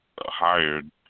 hired